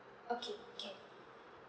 okay can